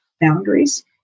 boundaries